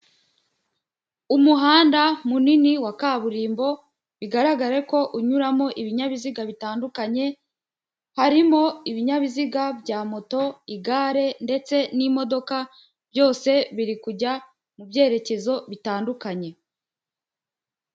Umuhanda munini wa kaburimbo bigaragare ko unyuramo ibinyabiziga bitandukanye, harimo ibinyabiziga bya moto, igare, ndetse n'imodoka byose biri kujya mu byerekezo bitandukanye.